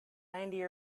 ninety